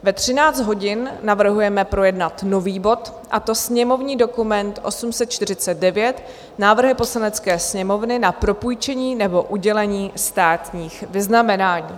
Ve 13 hodin navrhujeme projednat nový bod, a to sněmovní dokument 849 Návrhy Poslanecké sněmovny na propůjčení nebo udělení státních vyznamenání.